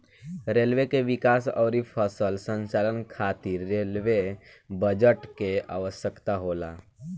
railway के विकास अउरी सफल संचालन खातिर रेलवे बजट के आवसकता होला